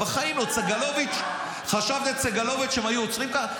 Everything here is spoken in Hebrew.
חשבת שאת סגלוביץ' הם היו עוצרים ככה?